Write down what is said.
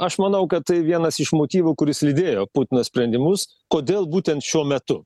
aš manau kad tai vienas iš motyvų kuris lydėjo putino sprendimus kodėl būtent šiuo metu